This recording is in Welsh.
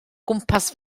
gwmpas